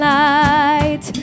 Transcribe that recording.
light